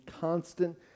constant